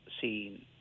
seen